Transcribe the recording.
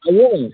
hello